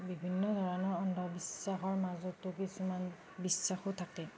বিভিন্ন ধৰণৰ অন্ধবিশ্বাসৰ মাজতো কিছুমান বিশ্বাসো থাকে